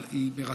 אבל היא מרתקת,